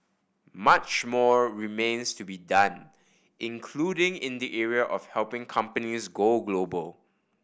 much more remains to be done including in the area of helping companies go global